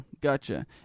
gotcha